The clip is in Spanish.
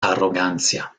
arrogancia